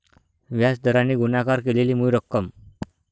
व्याज दराने गुणाकार केलेली मूळ रक्कम